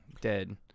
dead